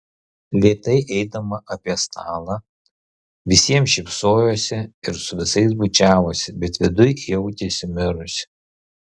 lėtai eidama apie stalą visiems šypsojosi ir su visais bučiavosi bet viduj jautėsi mirusi